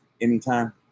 Anytime